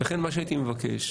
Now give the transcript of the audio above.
לכן מה שהייתי מבקש,